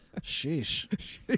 Sheesh